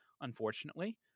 Unfortunately